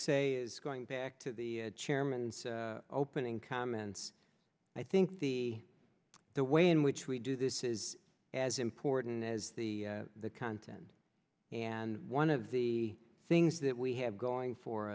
say is going back to the chairman and opening comments i think the the way in which we do this is as important as the content and one of the things that we have going for